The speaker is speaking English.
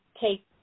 take